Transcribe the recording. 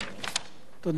תודה.